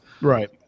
right